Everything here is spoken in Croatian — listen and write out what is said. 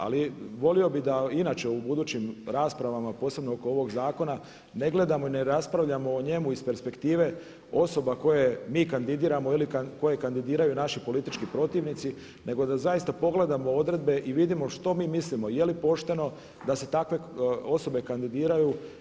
Ali volio bi da inače u budućim raspravama posebno oko ovog zakona ne gledamo i ne raspravljamo o njemu iz perspektive osoba koje mi kandidiramo ili koje kandidiraju naši politički protivnici, nego da zaista pogledao odredbe i vidimo što mi mislimo je li pošteno da se takve osobe kandidiraju?